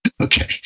Okay